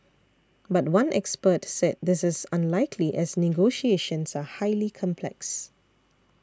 but one expert said this is unlikely as negotiations are highly complex